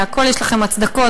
לכול יש לכם הצדקות,